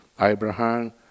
Abraham